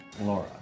Laura